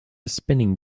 spinning